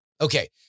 Okay